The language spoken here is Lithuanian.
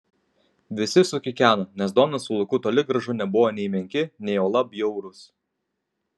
visi sukikeno nes donas su luku toli gražu nebuvo nei menki nei juolab bjaurūs